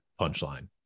punchline